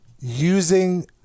using